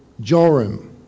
Joram